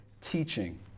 teaching